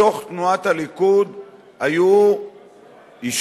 בתוך תנועת הליכוד היו אישים,